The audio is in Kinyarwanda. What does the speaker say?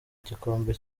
gikombe